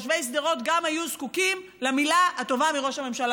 גם תושבי שדרות היו זקוקים למילה הטובה מראש הממשלה.